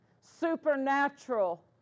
supernatural